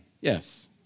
Yes